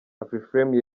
afrifame